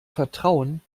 vertrauen